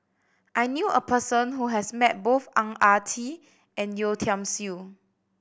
I knew a person who has met both Ang Ah Tee and Yeo Tiam Siew